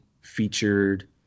featured